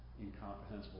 incomprehensible